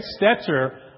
Stetzer